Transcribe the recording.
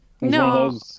no